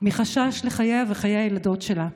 מחשש לחייה וחיי הילדות שלה.